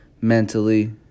mentally